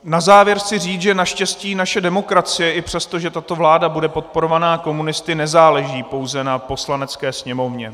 Na závěr chci říct, že naštěstí naše demokracie i přesto, že tato vláda bude podporovaná komunisty, nezáleží pouze na Poslanecké sněmovně.